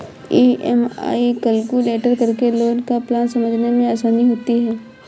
EMI calculate करके loan का plan समझने में आसानी होती है